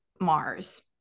mars